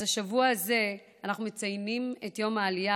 אז בשבוע הזה אנחנו מציינים את יום העלייה,